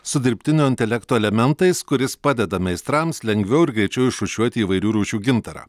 su dirbtinio intelekto elementais kuris padeda meistrams lengviau ir greičiau išrūšiuoti įvairių rūšių gintarą